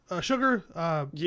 Sugar